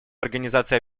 организации